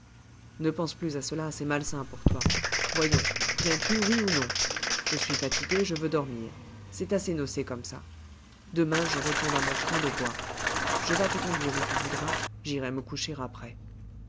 ne pense plus à cela c'est malsain pour toi voyons viens-tu oui ou non je suis fatigué je veux dormir c'est assez nocé comme ça demain je retourne à mon train de bois je vas te conduire où tu voudras j'irai me coucher après